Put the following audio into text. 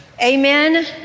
amen